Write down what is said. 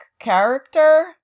character